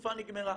התקופה נגמרה.